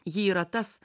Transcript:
ji yra tas